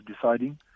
deciding